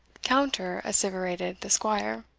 counter-asseverated the squire.